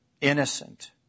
innocent